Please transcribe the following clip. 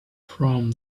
from